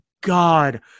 God